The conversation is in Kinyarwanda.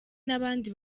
n’abandi